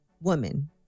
woman